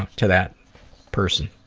to that person.